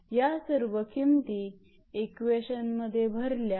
या सर्व किमती इक्वेशन मध्ये भरल्यास